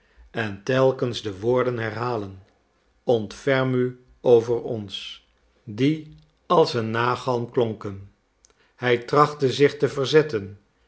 en telkens de woorden herhalen ontferm u over ons die als een nagalm klonken hij trachtte zich te verzetten